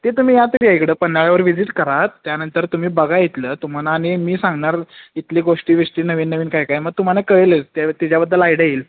ते तुम्ही या तरी इकडं पन्हाळ्यावर व्हिजिट करा त्यानंतर तुम्ही बघा इथलं तुम्हाला आणि मी सांगणार इथली गोष्टी विष्टी नवीन नवीन काय काय मग तुम्हाना कळेलच त्याच्याबद्दल आयड्या येईल